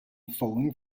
falling